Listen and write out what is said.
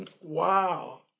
Wow